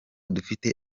dufite